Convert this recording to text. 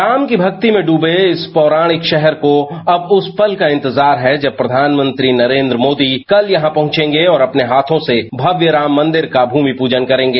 राम की भक्ति में डुबे इस पौराणिक शहर को शहरे को अब उस पल को इंतजार है जब प्रधानमंत्री नरेंद्र मोदी कल यहां पहंचेंगे और अपने हाथों से भव्य राम मंदिर का भ्रमि प्रजन करेंगे